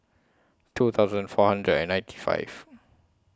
two thousand four hundred and ninety five